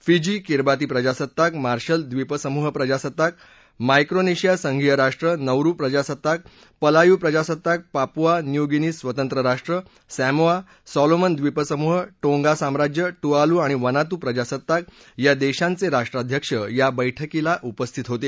Fiji Kiribati प्रजासत्ताक Marshall द्वीप समूह प्रजासत्ताक माइक्रोनेशिया संघीय राष्ट्र नौरु प्रजासत्ताक पलायु प्रजासत्ताक पापुआ न्यूगिनी स्वतंत्र राष्ट्र संमोआ सॉलोमन द्वीप समूह टोंगा साम्राज्य टुआलू आणि वनातू प्रजासत्ताक या देशांचे राष्ट्राध्यक्ष या बैठकीला उपस्थित होते